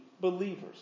believers